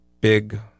big